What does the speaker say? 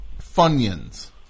Funyuns